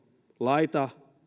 laita